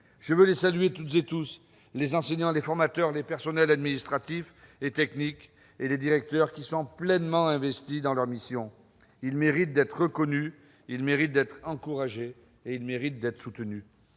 Je veux les saluer toutes et tous : les enseignants, les formateurs, les personnels administratifs et techniques, et les directeurs sont pleinement investis dans leur mission. Ils méritent d'être reconnus, encouragés et soutenus.